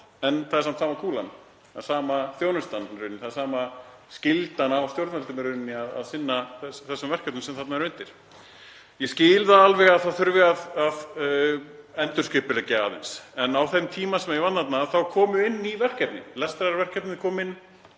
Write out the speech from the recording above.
en það er samt sama kúlan. Það er sama þjónustan í rauninni, það er hvílir sama skylda á stjórnvöldum í rauninni að sinna þessum verkefnum sem þarna eru undir. Ég skil það alveg að það þurfi að endurskipuleggja aðeins. En á þeim tíma sem ég vann þarna komu inn ný verkefni. Lestrarverkefnið kom inn,